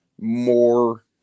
more